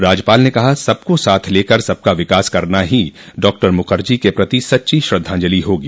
राज्यपाल ने कहा सबको साथ लेकर सबका विकास करना ही डॉक्टर मुखर्जी के प्रति सच्ची श्रद्धांजलि होगी